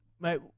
Mate